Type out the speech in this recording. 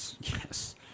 Yes